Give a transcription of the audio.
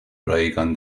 رایگان